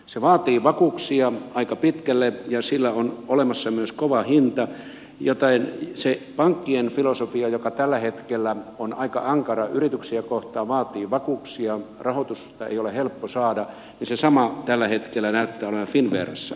se vaatii vakuuksia aika pitkälle ja sillä on olemassa myös kova hinta joten kun se pankkien filosofia on tällä hetkellä aika ankara yrityksiä kohtaan vaatii vakuuksia rahoitusta ei ole helppo saada niin se sama tällä hetkellä näyttää olevan finnverassa